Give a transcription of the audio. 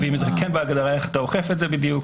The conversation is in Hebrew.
ואם זה כן בהגדרה, איך אתה אוכף את זה בדיוק.